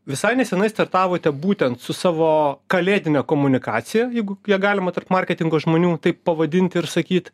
visai neseniai startavote būtent su savo kalėdine komunikacija jeigu ją galima tarp marketingo žmonių taip pavadint ir sakyt